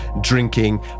drinking